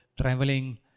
traveling